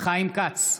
חיים כץ,